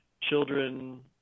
Children